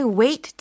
wait